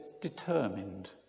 determined